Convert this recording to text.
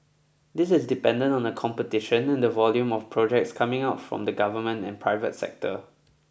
this is dependent on the competition and the volume of projects coming out from the government and private sector